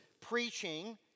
preaching